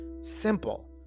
Simple